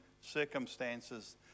circumstances